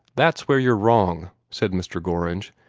that's where you're wrong, said mr. gorringe.